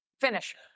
Finish